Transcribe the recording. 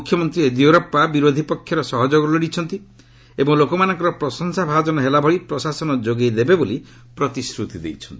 ମ୍ରଖ୍ୟମନ୍ତ୍ରୀ ୟେଦିୟରପ୍ସା ବିରୋଧୀ ପକ୍ଷର ସହଯୋଗ ଲୋଡ଼ିଛନ୍ତି ଏବଂ ଲୋକମାନଙ୍କର ପ୍ରଶଂସାଭାଜନ ହେଲା ଭଳି ପ୍ରଶାସନ ଯୋଗାଇ ଦେବେ ବୋଲି ପ୍ରତିଶ୍ରତି ଦେଇଛନ୍ତି